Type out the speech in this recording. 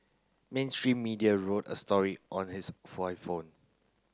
mainstream media wrote a story on his iPhone